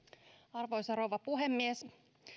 arvoisa rouva puhemies